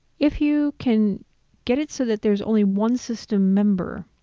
if you can get it so that there's only one system member,